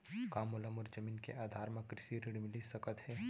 का मोला मोर जमीन के आधार म कृषि ऋण मिलिस सकत हे?